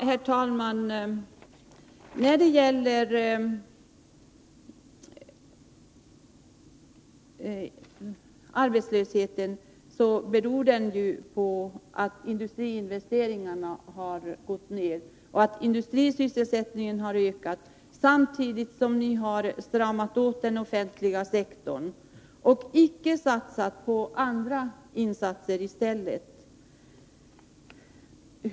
Herr talman! Arbetslösheten beror ju på att industriinvesteringarna har gått ned och att industrisysselsättningen har minskat samtidigt som ni har stramat åt på den offentliga sektorn och icke gjort några andra insatser i stället.